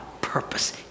purpose